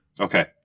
Okay